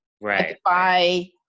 Right